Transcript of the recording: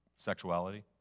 Sexuality